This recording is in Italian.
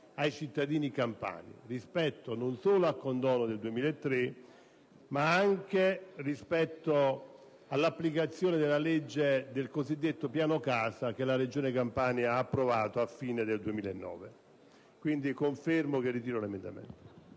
ai cittadini campani, rispetto non solo al condono del 2003, ma anche all'applicazione della legge del cosiddetto piano casa che la Regione Campania ha approvato alla fine del 2009. Ad ogni modo, ribadisco il ritiro dell'emendamento